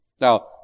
Now